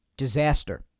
disaster